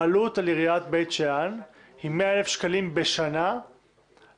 העלות על עיריית בית שאן היא 100,000 שקלים בשנה לפנסיה?